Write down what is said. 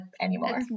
anymore